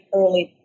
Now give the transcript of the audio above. early